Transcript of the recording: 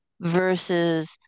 versus